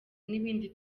n’ibindi